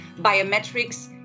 biometrics